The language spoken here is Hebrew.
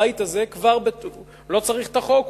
הבית הזה לא צריך את החוק,